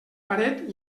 paret